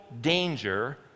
danger